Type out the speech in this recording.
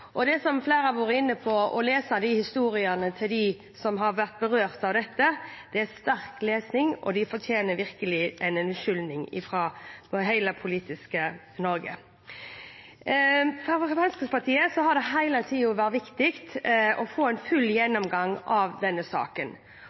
nyere tid. Som flere har vært inne på, er det å lese historiene til dem som har vært berørt av dette, sterk lesning, og de fortjener virkelig en unnskyldning fra hele det politiske Norge. For Fremskrittspartiet har det hele tiden vært viktig å få en full gjennomgang av denne saken.